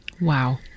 Wow